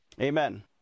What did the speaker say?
amen